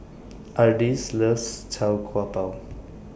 Ardis loves Tau Kwa Pau